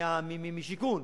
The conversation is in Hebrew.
משיכון,